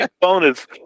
bonus